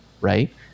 right